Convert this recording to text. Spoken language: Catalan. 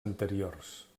anteriors